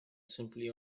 simply